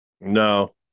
No